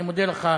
אני מודה לך.